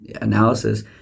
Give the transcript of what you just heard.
Analysis